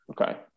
okay